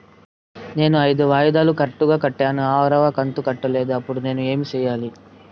నేను ఐదు వాయిదాలు కరెక్టు గా కట్టాను, ఆరవ కంతు కట్టలేదు, ఇప్పుడు నేను ఏమి సెయ్యాలి?